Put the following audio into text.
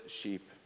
sheep